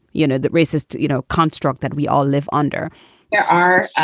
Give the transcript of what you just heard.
you know, that racist, you know, construct that we all live under there are,